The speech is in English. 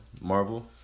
Marvel